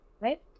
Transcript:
right